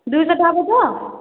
ଦୁଇଶହଟା ହେବ ତ